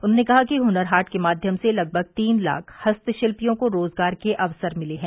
उन्होंने कहा कि हुनर हाट के माध्यम से लगभग तीन लाख हस्तशिल्पियों को रोजगार के अवसर मिले हैं